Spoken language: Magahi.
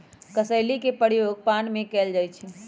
कसेली के प्रयोग पान में कएल जाइ छइ